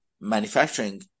manufacturing